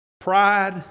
pride